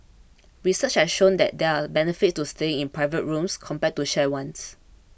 research has shown that there are benefits to staying in private rooms compared to shared ones